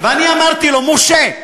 אני אמרתי לו: משה,